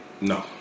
no